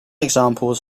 examples